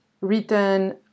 written